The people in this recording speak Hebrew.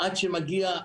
עד שהם שמגיעים,